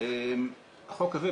החוק הזה,